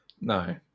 No